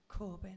Corbyn